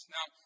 Now